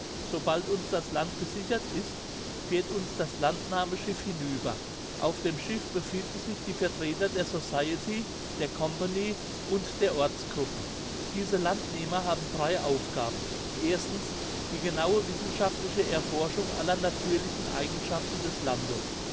sobald uns das land gesichert ist fährt das landnahmeschiff hinüber auf dem schiff befinden sich die vertreter der society der company und der ortsgruppen diese landnehmer haben drei aufgaben die genaue wissenschaftliche erforschung aller natürlichen eigenschaften des landes